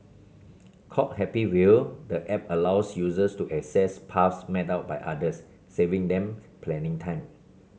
called Happy Wheel the app allows users to access paths mapped out by others saving them planning time